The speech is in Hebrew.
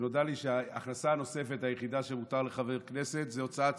ונודע לי שההכנסה הנוספת היחידה שמותר לחבר כנסת זה הוצאת ספר.